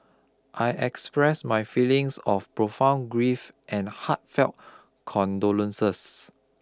I express my feelings of profound grief and heartfelt condolences